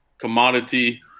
commodity